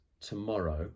tomorrow